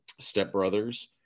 stepbrothers